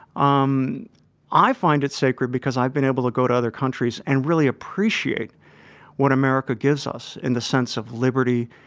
um i find it sacred because i've been able to go to other countries and really appreciate what america gives us in the sense of liberty,